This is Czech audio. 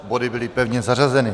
Body byly pevně zařazeny.